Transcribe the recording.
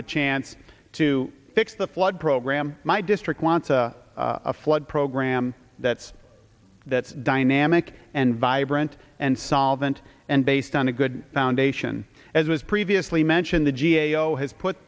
the chance to fix the flood program my district wants a flood program that's that's dynamic and vibrant and solvent and based on a good foundation as was previously mentioned the g a o has put